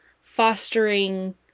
fostering